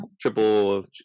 triple